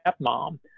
stepmom –